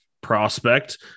prospect